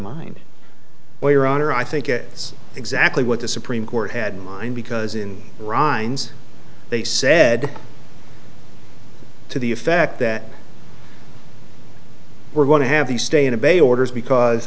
mind or your honor i think it's exactly what the supreme court had in mind because in rinds they said to the effect that we're going to have these stay in the bay orders because